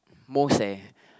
most eh